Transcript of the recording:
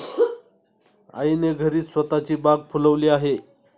आईने घरीच स्वतःची बाग फुलवली आहे